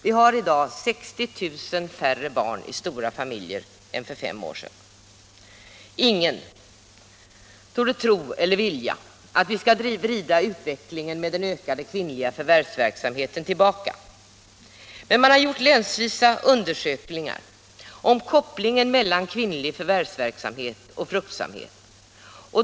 Vi har i dag 60 000 färre barn i stora familjer än för fem år sedan. Ingen torde vilja att vi skall vrida utvecklingen med den ökade kvinnliga förvärvsverksamheten tillbaka. Man har gjort undersökningar länsvis om kopplingen mellan kvinnlig förvärvsverksamhet och fruktsamhet.